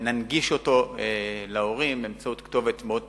ננגיש אותו להורים באמצעות כתובת מאוד פשוטה.